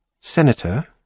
Senator